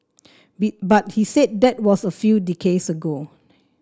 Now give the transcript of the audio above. we but he said that was a few decades ago